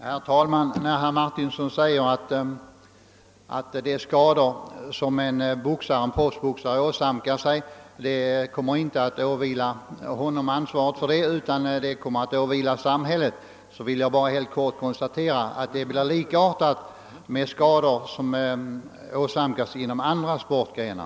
Herr talman! När herr Martinsson säger att ansvaret för de skador som en proffsboxare åsamkas inte åvilar denne utan samhället, vill jag bara helt kort konstatera, att detsamma gäller skador som en person kan åsamkas inom andra sportgrenar.